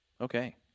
Okay